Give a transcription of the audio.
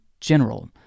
general